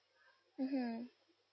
mmhmm